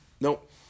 nope